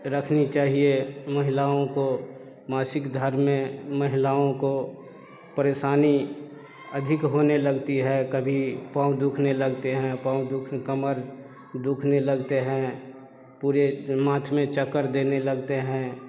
रखनी चाहिए महिलाओं को मासिक धर्म में महिलाओं को परेशानी अधिक होने लगती है कभी पाँव दुखने लगते हैं पाँव दुःख कमर दुखने लगता हैं पूरे माथे में चक्कर देने लगते हैं